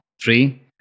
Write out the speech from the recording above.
three